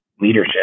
leadership